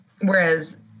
Whereas